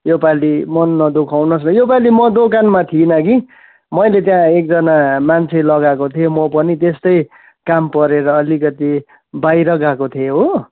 यो पालि मन नदुखाउनु होस् यो पालि म दोकानमा थिइनँ कि मैले त्यहाँ एकजना मान्छे लगाएको थिएँ म पनि त्यस्तै काम परेर अलिकति बाहिर गएको थिएँ हो